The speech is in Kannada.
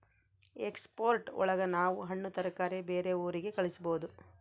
ಎಕ್ಸ್ಪೋರ್ಟ್ ಒಳಗ ನಾವ್ ಹಣ್ಣು ತರಕಾರಿ ಬೇರೆ ಊರಿಗೆ ಕಳಸ್ಬೋದು